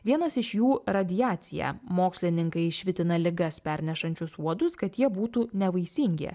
vienas iš jų radiacija mokslininkai švitina ligas pernešančius uodus kad jie būtų nevaisingi